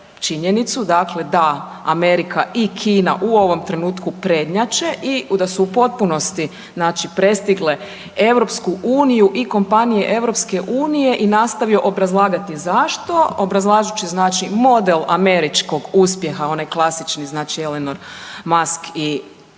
činjenicu da Amerika i Kina u ovom trenutku prednjače i da su u potpunosti prestigle EU i kompanije EU i nastavio obrazlagati zašto, obrazlažući model američkog uspjeha onaj klasični znači Elon Musk i slični